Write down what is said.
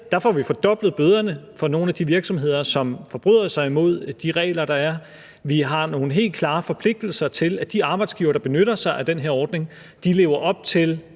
her får vi fordoblet bøderne for nogle af de virksomheder, der forbryder sig imod de regler, der er. Vi har nogle helt klare forpligtelser til at sikre, at de arbejdsgivere, der benytter sig af den her ordning, lever op til